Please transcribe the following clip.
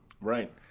Right